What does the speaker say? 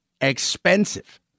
expensive